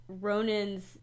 ronan's